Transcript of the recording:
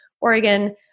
Oregon